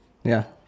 ya